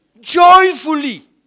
Joyfully